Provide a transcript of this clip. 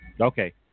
Okay